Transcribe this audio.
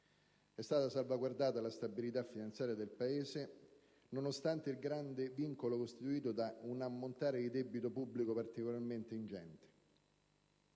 È stata salvaguardata la stabilità finanziaria del Paese nonostante il grave vincolo costituito da un ammontare di debito pubblico particolarmente ingente.